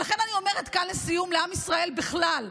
ולכן, לסיום אני אומרת כאן לעם ישראל בכלל: